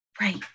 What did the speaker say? right